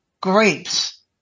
grapes